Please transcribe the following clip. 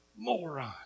moron